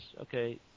okay